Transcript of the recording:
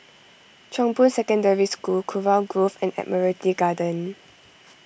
Chong Boon Secondary School Kurau Grove and Admiralty Garden